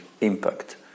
impact